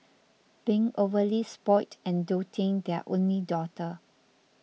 being overly spoilt and doting their only daughter